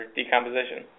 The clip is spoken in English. decomposition